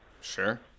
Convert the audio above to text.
Sure